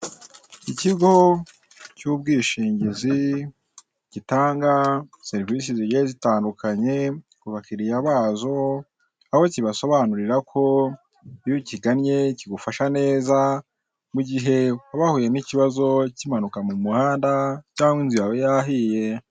Ikigo cy'ubwishingizi gitanga serivisi zigiye zitandukanye ku bakiriya bazo. Aho kibasobanurira ko iyo ukigannye kigufasha neza, mu gihe waba wahuye n'ikibazo cy'impanuka mu muhanda, cyangwa inzu yawe yahiye.